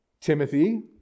Timothy